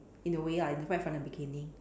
in a way lah right from the beginning